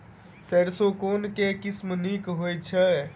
सैरसो केँ के किसिम नीक होइ छै?